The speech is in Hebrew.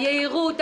היהירות,